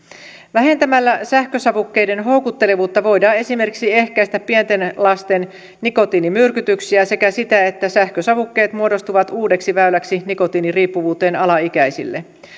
vähentämällä sähkösavukkeiden houkuttelevuutta voidaan esimerkiksi ehkäistä pienten lasten nikotiinimyrkytyksiä sekä sitä että sähkösavukkeet muodostuvat uudeksi väyläksi nikotiiniriippuvuuteen alaikäisille